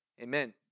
Amen